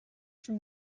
from